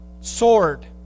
sword